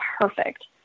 perfect